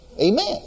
Amen